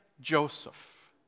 Joseph